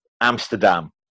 Amsterdam